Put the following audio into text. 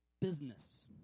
business